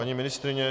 Paní ministryně?